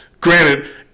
Granted